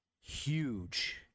huge